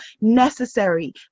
necessary